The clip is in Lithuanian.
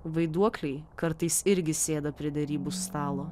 vaiduokliai kartais irgi sėda prie derybų stalo